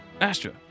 Astra